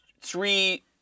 three